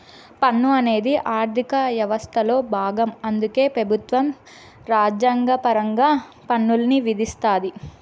పన్ను అనేది ఆర్థిక యవస్థలో బాగం అందుకే పెబుత్వం రాజ్యాంగపరంగా పన్నుల్ని విధిస్తాది